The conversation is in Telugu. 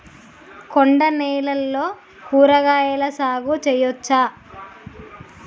కొండ నేలల్లో కూరగాయల సాగు చేయచ్చా?